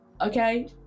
okay